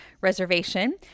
reservation